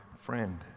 friend